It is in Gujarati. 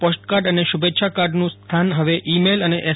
પોસ્ટકાર્ડ અને શુભેચ્છા કાર્ડનુ સ્થાન હવે ઈ મેલ અને એસ